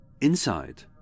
Inside